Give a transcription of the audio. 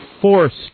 forced